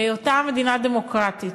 להיותה מדינה דמוקרטית.